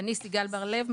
אני סיגל ברלב,